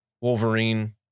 wolverine